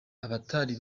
abatari